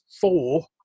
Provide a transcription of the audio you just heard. four